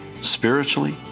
spiritually